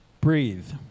breathe